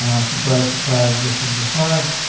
um surprise, surprise. this would be five.